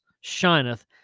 shineth